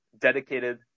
dedicated